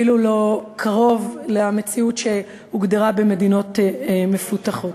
אפילו לא קרוב, למציאות שהוגדרה במדינות מפותחות.